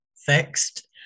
fixed